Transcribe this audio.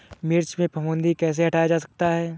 मिर्च में फफूंदी कैसे हटाया जा सकता है?